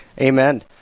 amen